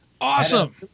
Awesome